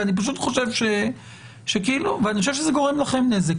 אני חושב שזה גורם לכם נזק.